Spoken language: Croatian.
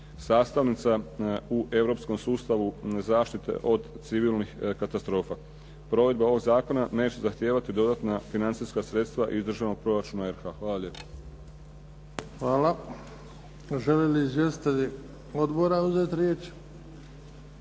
sastavnica u europskom sustavu zaštite od civilnih katastrofa. Provedba ovog zakona neće zahtijevati dodatna financijska sredstva iz državnog proračuna RH. Hvala lijepa. Hvala. **Bebić, Luka (HDZ)** Hvala.